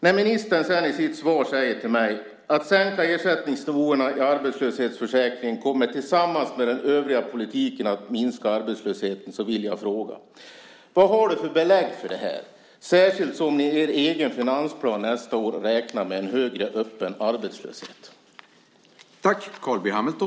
När ministern i sitt svar säger att de sänkta ersättningsnivåerna i arbetslöshetsförsäkringen tillsammans med den övriga politiken kommer att minska arbetslösheten vill jag fråga: Vad har ni för belägg för detta - särskilt som ni i er egen finansplan räknar med en högre öppen arbetslöshet nästa år?